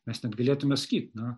mes net galėtume sakyt na